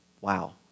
wow